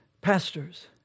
pastors